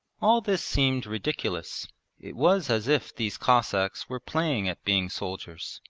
all this seemed ridiculous it was as if these cossacks were playing at being soldiers.